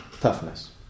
toughness